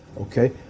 okay